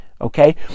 Okay